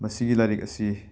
ꯃꯁꯤꯒꯤ ꯂꯥꯏꯔꯤꯛ ꯑꯁꯤ